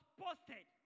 posted